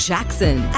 Jackson